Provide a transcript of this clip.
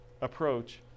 approach